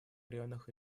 районах